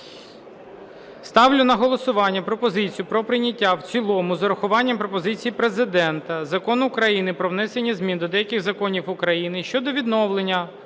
Ставлю на голосування пропозицію про прийняття в цілому з урахуванням пропозицій Президента Закон України "Про внесення змін до деяких законів України щодо відновлення